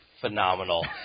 phenomenal